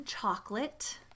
chocolate